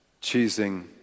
choosing